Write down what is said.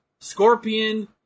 Scorpion